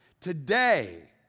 Today